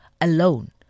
alone